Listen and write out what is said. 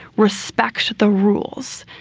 respect the rules.